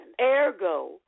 Ergo